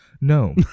No